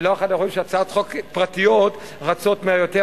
ולא אחת אנחנו רואים שהצעות חוק פרטיות רצות מהר יותר.